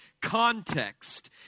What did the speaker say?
context